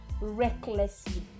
recklessly